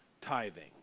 tithing